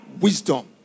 wisdom